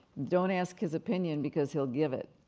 don't ask his opinion because he'll give it.